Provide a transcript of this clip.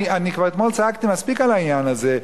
אני אתמול כבר צעקתי מספיק על העניין הזה,